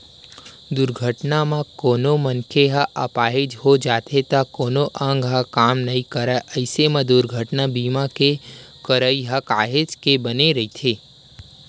दुरघटना म कोनो मनखे ह अपाहिज हो जाथे या कोनो अंग ह काम नइ करय अइसन बर दुरघटना बीमा के करई ह काहेच के बने रहिथे